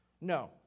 No